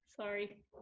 sorry